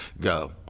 go